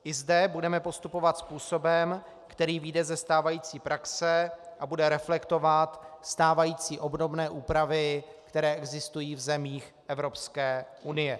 I zde budeme postupovat způsobem, který vyjde ze stávající praxe a bude reflektovat stávající obdobné úpravy, které existují v zemích Evropské unie.